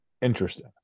Interesting